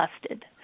Busted